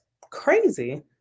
crazy